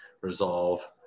resolve